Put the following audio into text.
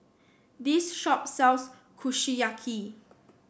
this shop sells Kushiyaki